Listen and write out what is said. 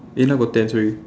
eh now got ten sorry